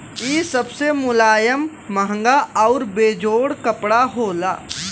इ सबसे मुलायम, महंगा आउर बेजोड़ कपड़ा होला